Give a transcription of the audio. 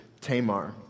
Tamar